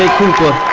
cooper,